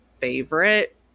favorite